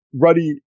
ruddy